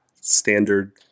standard